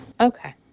Okay